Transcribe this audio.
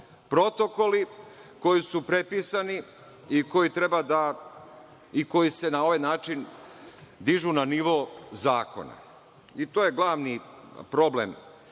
protokoli koji su prepisani i koji se na ovaj način dižu na nivo zakona, i to je glavni problem